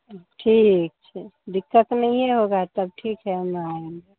ठीक है दिक्कत नहीं होगा तब ठीक है हम आएँगे